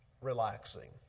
relaxing